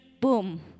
boom